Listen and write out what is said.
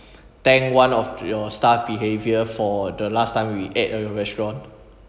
thank one of your staff behaviour for the last time we ate at your restaurant